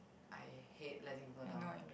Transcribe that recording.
I hate letting people down